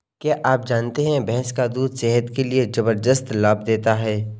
क्या आप जानते है भैंस का दूध सेहत के लिए जबरदस्त लाभ देता है?